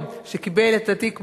שקיבל את התיק מידי,